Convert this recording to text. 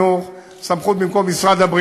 סמכות במקום משרד החינוך,